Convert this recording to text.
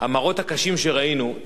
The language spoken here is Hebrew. תאר לך אם זה היה קורה בשכונת-התקווה.